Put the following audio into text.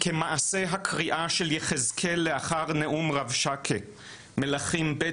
כמעשה הקריעה של יחזקאל לאחר נאום רבשקה מלכים ב',